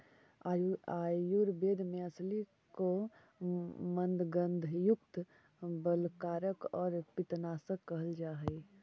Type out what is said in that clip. आयुर्वेद में अलसी को मन्दगंधयुक्त, बलकारक और पित्तनाशक कहल जा हई